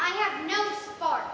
i have no car